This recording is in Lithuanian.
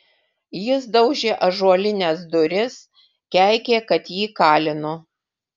jis daužė ąžuolines duris keikė kad jį kalinu